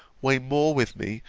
weigh more with me,